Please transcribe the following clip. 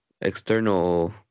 external